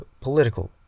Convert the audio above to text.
political